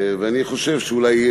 ואני חושב שאולי,